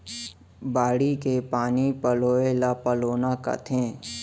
बाड़ी के पानी पलोय ल पलोना कथें